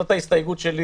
זאת ההסתייגות שלי.